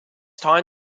time